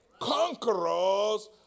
Conquerors